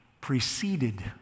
preceded